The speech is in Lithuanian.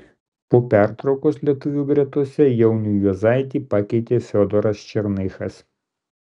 po pertraukos lietuvių gretose jaunių juozaitį pakeitė fiodoras černychas